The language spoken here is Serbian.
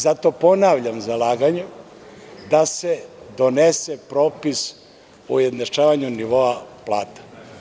Zato, ponavljam, zalaganje, da se donese propis o ujednačavanju nivoa plata.